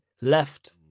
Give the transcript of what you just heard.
left